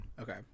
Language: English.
Okay